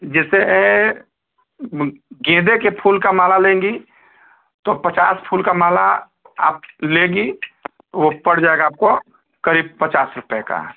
जैसे ए गेंदे के फूल का माला लेंगी तो पचास फूल का माला आप लेगी वह पड़ जाएगा आपको करीब पचास रुपये का